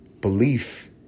belief